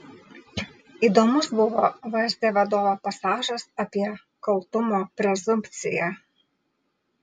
įdomus buvo vsd vadovo pasažas apie kaltumo prezumpciją